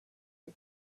the